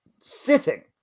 sitting